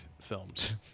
films